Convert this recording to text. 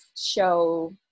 show